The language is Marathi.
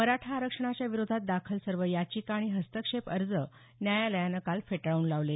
मराठा आरक्षणाच्या विरोधात दाखल सर्व याचिका आणि हस्तक्षेप अर्ज न्यायालयानं काल फेटाळून लावले